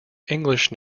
english